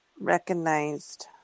recognized